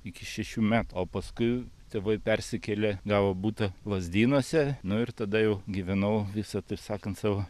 iki šešių metų o paskui tėvai persikėlė gavo butą lazdynuose nu ir tada jau gyvenau visa taip sakant savo